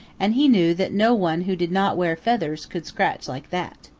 and he knew that no one who did not wear feathers could scratch like that.